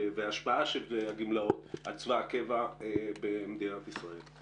וההשפעה של הגמלאות על צבא הקבע במדינת ישראל.